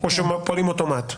או שפועלים באוטומט?